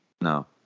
No